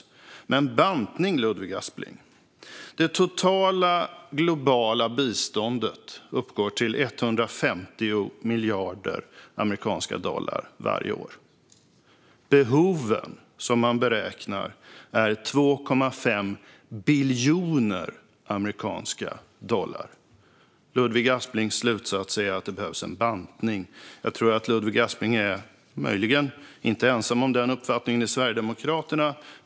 Men när det gäller bantning, Ludvig Aspling, uppgår det totala globala biståndet till 150 miljarder amerikanska dollar varje år. Man beräknar att behoven uppgår till 2,5 biljoner amerikanska dollar. Ludvig Asplings slutsats är att det behövs en bantning. Jag tror att Ludvig Aspling möjligen inte är ensam om den uppfattningen i Sverigedemokraterna.